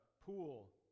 pool